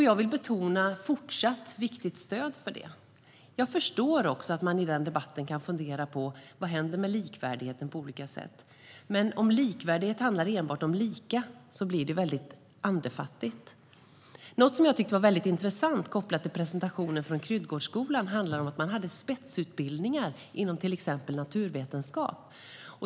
Jag vill betona ett fortsatt viktigt stöd för det. Jag förstår också att man i den debatten kan fundera på vad som händer med likvärdigheten. Men om likvärdighet handlar enbart om lika blir det väldigt andefattigt. Något som jag tyckte var intressant, kopplat till presentationen från Kryddgårdsskolan, var att man hade spetsutbildningar inom till exempel naturvetenskap.